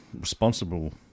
responsible